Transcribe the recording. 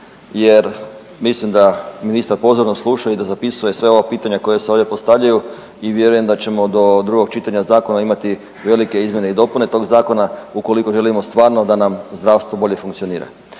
jer mislim da ministar pozorno sluša i da zapisuje sva ova pitanja koja se ovdje postavljaju i vjerujem da ćemo do drugog čitanja zakona imati velike izmjene i dopune tog zakona ukoliko želimo stvarno da nam zdravstvo bolje funkcionira.